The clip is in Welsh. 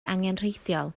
angenrheidiol